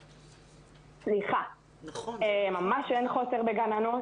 סליחה, ממש אין חוסר בגננות.